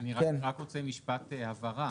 אני רק רוצה משפר הבהרה.